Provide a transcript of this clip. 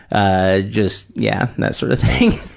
ah just, yeah, that sort of thing.